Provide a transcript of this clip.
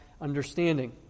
understanding